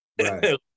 Right